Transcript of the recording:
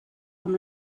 amb